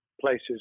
places